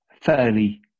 fairly